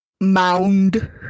mound